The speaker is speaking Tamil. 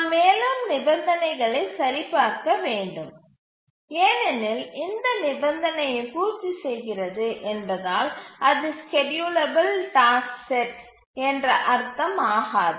நாம் மேலும் நிபந்தனைகளை சரிபார்க்க வேண்டும் ஏனெனில் இந்த நிபந்தனையை பூர்த்தி செய்கிறது என்பதால் அது ஸ்கேட்யூலபில் டாஸ்க் செட் என்ற அர்த்தம் ஆகாது